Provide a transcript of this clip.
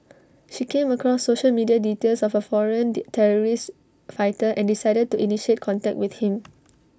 she came across social media details of A foreign terrorist fighter and decided to initiate contact with him